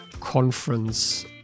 conference